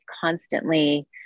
constantly